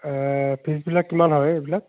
ফিজবিলাক কিমান হয় এইবিলাক